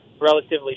relatively